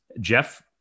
Jeff